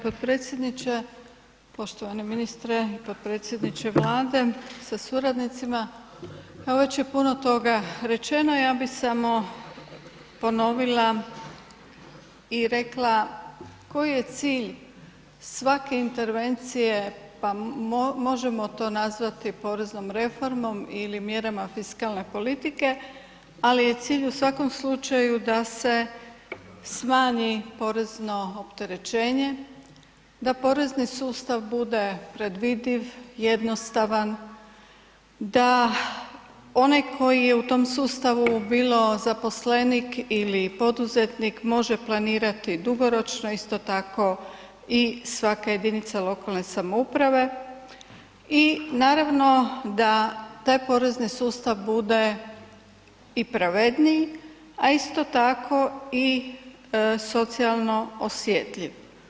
potpredsjedniče, poštovani ministre i potpredsjedniče Vlade sa suradnicima, evo već je puno toga rečeno, ja bi samo ponovila i rekla koji je cilj svake intervencije, pa možemo to nazvati poreznom reformom ili mjerama fiskalne politike, ali je cilj u svakom slučaju da se smanji porezno opterećenje, da porezni sustav bude predvidiv, jednostavan, da onaj koji je u tom sustavu bilo zaposlenik ili poduzetnik može planirati dugoročno isto tako i svaka jedinica lokalne samouprave i naravno da taj porezni sustav bude i pravedniji, a isto tako i socijalno osjetljiv.